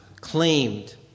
claimed